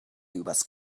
übers